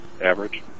average